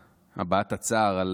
להבעת הצער על